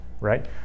right